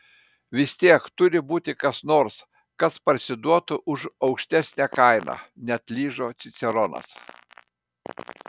vis tiek turi būti kas nors kas parsiduotų už aukštesnę kainą neatlyžo ciceronas